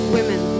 Women